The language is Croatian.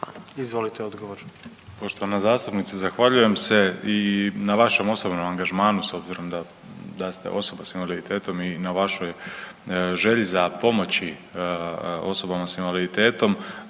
Josip (HDZ)** Poštovana zastupnice zahvaljujem se i na vašem osobnom angažmanu s obzirom da ste osoba sa invaliditetom i na vašoj želji za pomoći osobama sa invaliditetom.